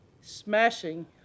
smashing